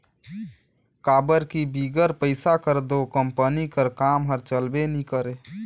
काबर कि बिगर पइसा कर दो कंपनी कर काम हर चलबे नी करे